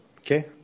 Okay